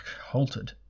halted